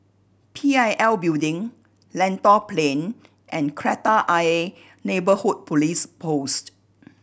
P I L Building Lentor Plain and Kreta Ayer Neighbourhood Police Post